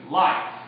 life